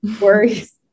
worries